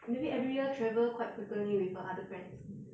maybe every year travel quite frequently with her other friends